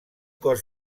cos